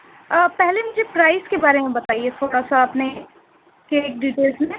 آپ پہلے مجھے پرائز کے بارے میں بتائیے چھوٹا سا آپ نے کیک ڈیٹیلس میں